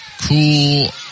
cool